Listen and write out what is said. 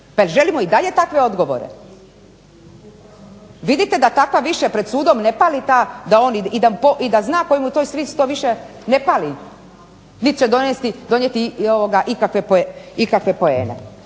želimo i dalje takve odgovore. Vidite da takva više pred sudom ne pali ta i da zna tko mu je stric to više ne pali nit će donijeti ikakve poene.